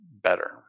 better